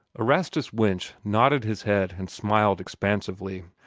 erastus winch nodded his head and smiled expansively.